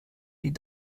die